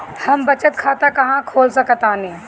हम बचत खाता कहां खोल सकतानी?